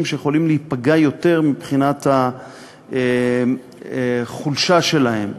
שיכולים להיפגע יותר מבחינת החולשה שלהם.